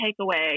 takeaway